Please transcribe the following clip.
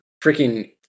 freaking